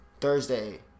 Thursday